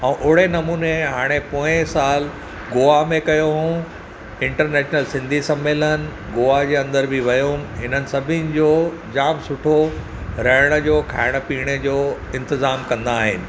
ऐं ओढ़े नमूने हाणे पोएं साल गोआ में कयो हुअऊं इंटर्नेशनल सिंधी सम्मेलन गोआ जे अंदरु बि वियो हुउमि हिननि सभिनि जो जाम सुठो रहण जो खाइण पीअण जो इंतज़ामु कंदा आहिनि